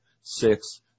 six